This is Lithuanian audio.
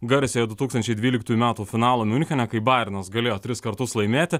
garsiojo du tūkstančiai dvyliktųjų metų finalo miunchene kai bajernas galėjo tris kartus laimėti